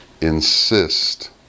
insist